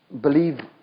believe